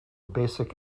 basic